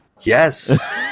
yes